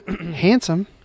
handsome